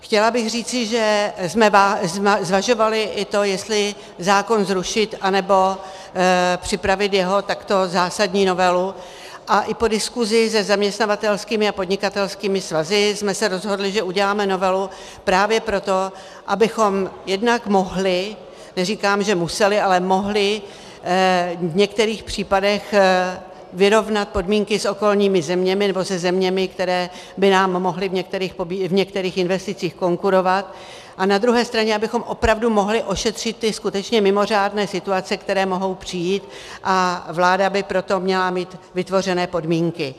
Chtěla bych říci, že jsme zvažovali i to, jestli zákon zrušit, anebo připravit jeho takto zásadní novelu, a i po diskuzi se zaměstnavatelskými a podnikatelskými svazy jsme se rozhodli, že uděláme novelu právě proto, abychom jednak mohli neříkám, že museli, ale mohli v některých případech vyrovnat podmínky s okolními zeměmi nebo se zeměmi, které by nám mohly v některých investicích konkurovat, a na druhé straně abychom opravdu mohli ošetřit ty skutečně mimořádné situace, které mohou přijít, a vláda by pro to měla mít vytvořeny podmínky.